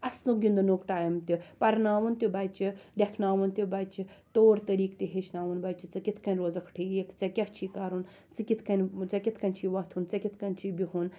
اَسنُک گِنٛدنُک ٹایم تہِ پَرناوُن تہِ بَچہِ لیٚکھناوُن تہِ بَچہِ طور طٔریقہٕ تہِ ہیٚچھناوُن بَچہِ ژٕ کِتھ کنۍ روزَکھ ٹھیٖک ژےٚ کیاہ چھُے کَرُن ژٕ کِتھ کنۍ ژےٚ کِتھ کنۍ چھُے وۄتھُن ژےٚ کِتھ کنۍ چھُے بِہُن